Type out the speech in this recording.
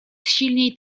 silniej